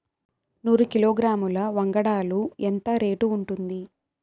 నూరు కిలోగ్రాముల వంగడాలు ఎంత రేటు ఉంటుంది?